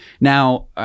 Now